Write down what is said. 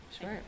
Sure